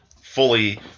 fully